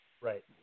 Right